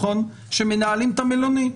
שמנהלים את המלונית,